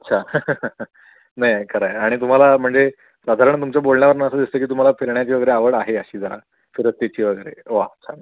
अच्छा नाही खरं आहे आणि तुम्हाला म्हणजे साधारण तुमच्या बोलण्यावरनं असं दिसतं की तुम्हाला फिरण्याची वगैरे आवड आहे अशी जरा फिरस्तीची वगैरे वा छान आहे